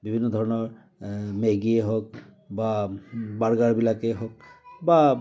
বিভিন্ন ধৰণৰ মেগীয়েই হওক বা বাৰ্গাৰবিলাকেই হওক বা